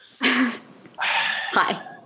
Hi